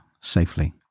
safely